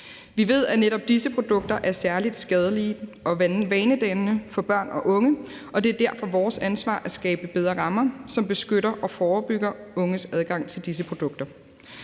Vi ved, at netop disse produkter er særlig skadelige og vanedannende for børn og unge, og det er derfor vores ansvar at skabe bedre rammer, som beskytter og forebygger unges adgang til disse produkter.